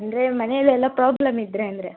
ಅಂದರೆ ಮನೆಲೆಲ್ಲ ಪ್ರಾಬ್ಲಮ್ ಇದ್ದರೆ ಅಂದರೆ